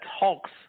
talks